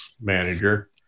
manager